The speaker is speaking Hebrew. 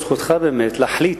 זכותך באמת להחליט.